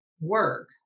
work